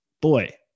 Boy